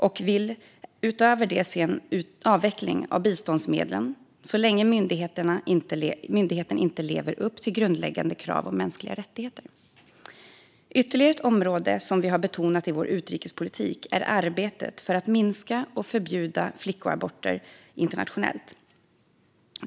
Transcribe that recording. Vi vill utöver det se en avveckling av biståndsmedlen så länge myndigheten inte lever upp till grundläggande krav om mänskliga rättigheter. Ytterligare ett område som vi har betonat i vår utrikespolitik är arbetet för att minska och förbjuda flickaborter internationellt.